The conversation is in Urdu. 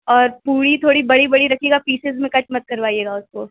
اور پوڑی تھوڑی بڑی بڑی رکھیے گا پیسیز میں کٹ مت کروائیے گا اس کو